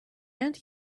aunt